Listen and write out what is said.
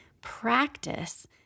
practice